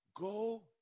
go